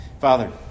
Father